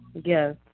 Yes